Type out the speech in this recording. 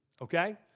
okay